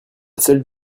seule